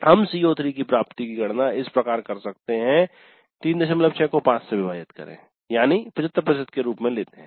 हम CO3 की प्राप्ति कि गणना इस प्रकार कर सकते है 36 को 5 से विभाजित करे यानी 72 प्रतिशत के रूप में लेते हैं